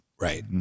Right